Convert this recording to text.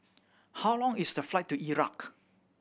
how long is the flight to Iraq